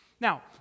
now